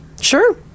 Sure